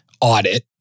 audit